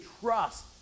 trust